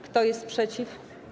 Kto jest przeciw?